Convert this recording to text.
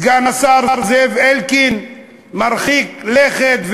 סגן השר זאב אלקין מרחיק לכת,